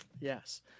yes